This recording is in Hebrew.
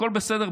הכול בסדר,